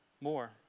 more